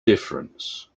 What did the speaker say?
difference